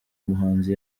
muhanzi